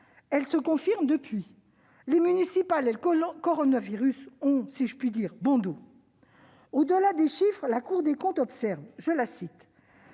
Elle se confirme depuis. Les municipales et le coronavirus ont bon dos ! Au-delà des chiffres, la Cour des comptes observe que la perte